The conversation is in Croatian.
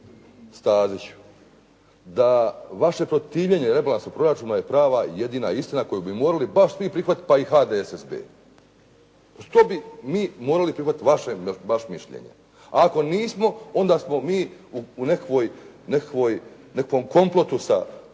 Staziću da vaše protivljenje rebalansu proračuna je prava i jedina istina koju bi morali baš svi prihvatiti pa i HDSSB. Što bi mi morali prihvatiti vaše mišljenje ako nismo, onda smo mi u nekakvom kompotu sa HDZ-om,